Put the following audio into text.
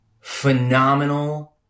phenomenal